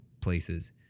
places